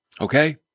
Okay